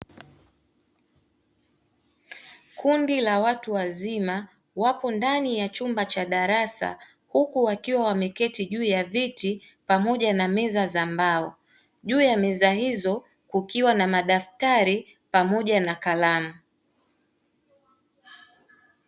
Kundi la watu wazima wako ndani ya chumba cha darasa huku wakiwa wameketi juu ya viti pamoja na meza za mbao juu ya meza hizo kukiwa na madaftari pamoja na kalamu.